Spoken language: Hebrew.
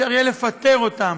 לא יהיה אפשר לפטר אותם.